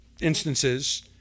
instances